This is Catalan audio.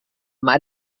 mar